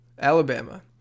Alabama